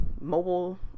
mobile